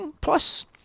Plus